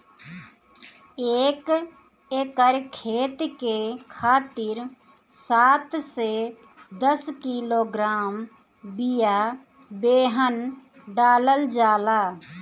एक एकर खेत के खातिर सात से दस किलोग्राम बिया बेहन डालल जाला?